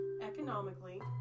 Economically